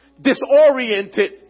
disoriented